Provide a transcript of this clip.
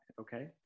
Okay